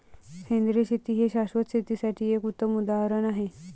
सेंद्रिय शेती हे शाश्वत शेतीसाठी एक उत्तम उदाहरण आहे